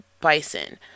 Bison